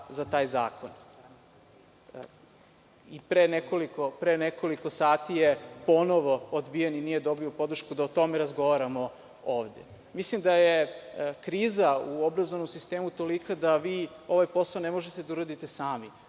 za taj zakon. Pre nekoliko sati je ponovo odbijen nije dobio podršku da o tome razgovaramo ovde. Mislim da je kriza u obrazovnom sistemu tolika da vi ovaj posao ne možete da uradite sami.